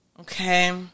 okay